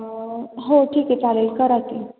हो ठीक आहे चालेल करा की